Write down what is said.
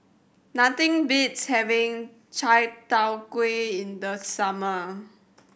nothing beats having Chai Tow Kuay in the summer